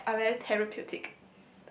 pets are very therapeutic